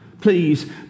Please